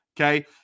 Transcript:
Okay